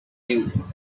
you